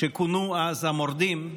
שכונו אז "המורדים".